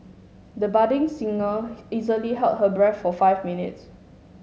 the budding singer easily held her breath for five minutes